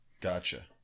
Gotcha